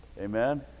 Amen